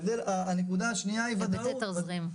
הנקודה השנייה היא --- היבטי תזרים.